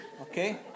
Okay